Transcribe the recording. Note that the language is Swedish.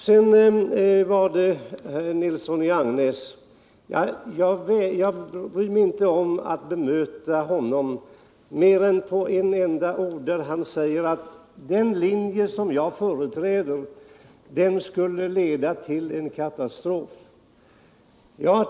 Jag bryr mig inte om att bemöta herr Tore Nilsson i Agnäs mer än beträffande ett enda ord. Han säger att det skulle leda till katastrof, om man följde den linje jag förordar.